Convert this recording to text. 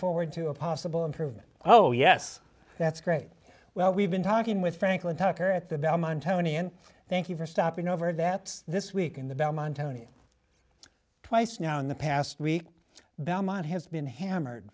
forward to a possible improvement oh yes that's great well we've been talking with franklin tucker at the belmont county and thank you for stopping over that this week in the belmont county twice now in the past week belmont has been hammered